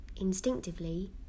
Instinctively